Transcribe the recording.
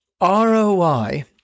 ROI